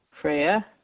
Freya